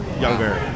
younger